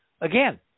again